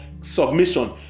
submission